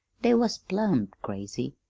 they was plumb crazy.